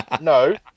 no